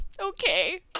okay